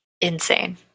insane